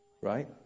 right